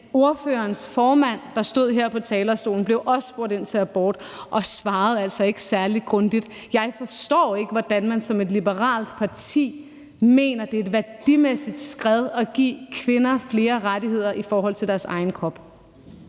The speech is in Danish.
ordførerens formand, der stod her på talerstolen, blev også spurgt ind til abort, og svarede altså ikke særlig grundigt. Jeg forstår ikke, at man som et liberalt parti mener, at det er et værdimæssigt skred at give kvinder flere rettigheder i forhold til deres egen krop.